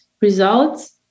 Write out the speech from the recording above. results